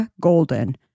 Golden